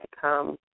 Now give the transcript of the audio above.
come